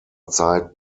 zeit